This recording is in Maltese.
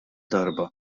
darba